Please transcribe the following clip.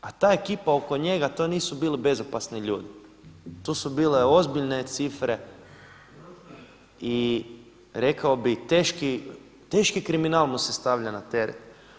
A ta ekipa oko njega to nisu bili bezopasni ljudi, to su bile ozbiljne cifre i rekao bih teški kriminal mu se stavlja na teret.